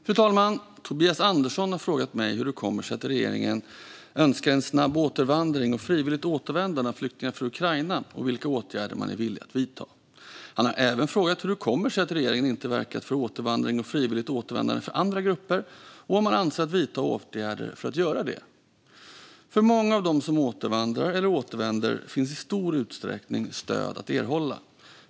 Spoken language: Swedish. Fru talman! Tobias Andersson har frågat mig hur det kommer sig att regeringen önskar en snabb återvandring och frivilligt återvändande av flyktingar från Ukraina och vilka åtgärder man är villig att vidta. Han har även frågat hur det kommer sig att regeringen inte verkat för återvandring och frivilligt återvändande för andra grupper och om man avser att vidta åtgärder för att göra det. För många av dem som återvandrar eller återvänder finns i stor utsträckning stöd att erhålla.